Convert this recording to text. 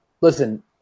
Listen